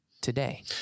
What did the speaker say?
today